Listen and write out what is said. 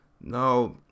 Now